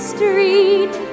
Street